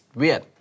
weird